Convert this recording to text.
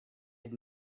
had